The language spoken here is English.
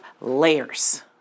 layers